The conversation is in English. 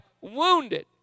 wounded